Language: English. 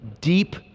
Deep